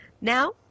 Now